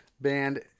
band